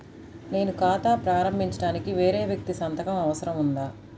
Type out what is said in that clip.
నేను ఖాతా ప్రారంభించటానికి వేరే వ్యక్తి సంతకం అవసరం ఉందా?